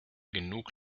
genug